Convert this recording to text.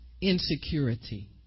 insecurity